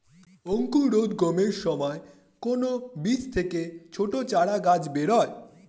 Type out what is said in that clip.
অঙ্কুরোদ্গমের সময় কোন বীজ থেকে ছোট চারাগাছ বেরোয়